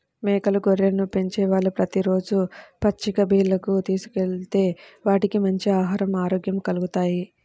మేకలు, గొర్రెలను పెంచేవాళ్ళు ప్రతి రోజూ పచ్చిక బీల్లకు తీసుకెళ్తే వాటికి మంచి ఆహరం, ఆరోగ్యం కల్గుతాయి